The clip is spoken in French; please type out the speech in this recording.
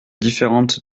différente